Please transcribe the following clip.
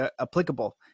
applicable